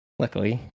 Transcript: Luckily